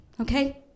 Okay